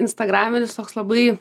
instagraminis toks labai